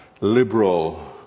liberal